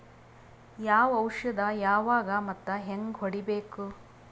ಯಾವ ಔಷದ ಯಾವಾಗ ಮತ್ ಹ್ಯಾಂಗ್ ಹೊಡಿಬೇಕು?